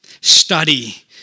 study